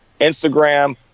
Instagram